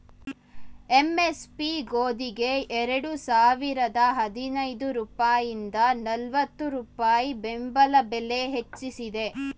MSP ಗೋದಿಗೆ ಎರಡು ಸಾವಿರದ ಹದಿನೈದು ರೂಪಾಯಿಂದ ನಲ್ವತ್ತು ರೂಪಾಯಿ ಬೆಂಬಲ ಬೆಲೆ ಹೆಚ್ಚಿಸಿದೆ